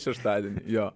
šeštadienį jo